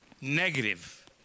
Negative